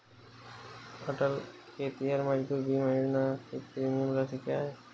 अटल खेतिहर मजदूर बीमा योजना की प्रीमियम राशि क्या है?